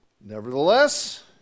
Nevertheless